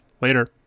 Later